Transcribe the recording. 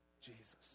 Jesus